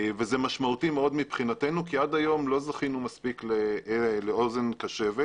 זה משמעותי מאוד מבחינתנו כי עד היום לא זכינו מספיק לאוזן קשבת